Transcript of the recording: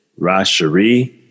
Rashari